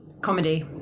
Comedy